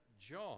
John